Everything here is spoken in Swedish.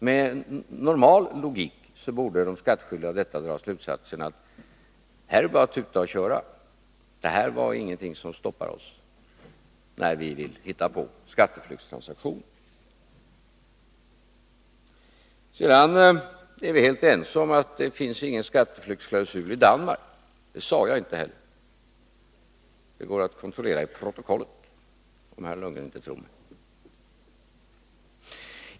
Med normal logik borde de skattskyldiga av detta dra slutsatsen att här är det bara att tuta och köra. Det här var ingenting som stoppar oss, när vi vill hitta på skatteflyktstransaktioner. Sedan är vi helt ense om att det inte finns någon skatteflyktsklausul i Danmark. Jag påstod inte något annat. Det går att kontrollera i protokollet, om herr Lundgren inte tror mig.